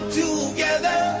together